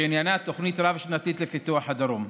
שעניינה תוכנית רב-שנתית לפיתוח הדרום.